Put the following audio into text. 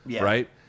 right